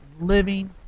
living